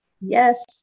Yes